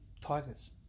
Tigers